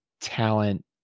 talent